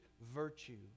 virtue